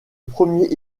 premier